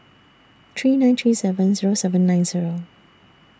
three nine three seven Zero seven nine Zero